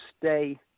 stay